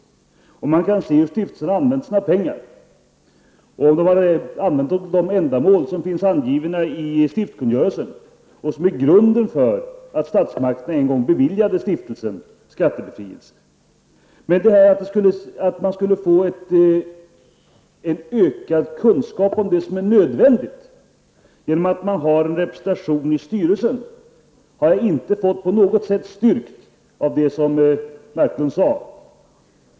Därigenom kan man se hur stiftelsen har använt sina pengar och om den har använt dem till de ändamål som finns angivna i stiftkungörelsen och som är grunden för att statsmakterna en gång beviljade stiftelsen skattebefrielse. Men att man skulle få en ökad kunskap om det som är nödvändigt genom att man har en representation i styrelsen, har jag inte på något sätt fått styrkt genom det som Leif Marklund sade.